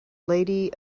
lady